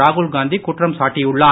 ராகுல் காந்தி குற்றம் சாட்டியுள்ளார்